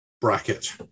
bracket